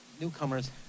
newcomers